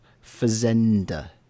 fazenda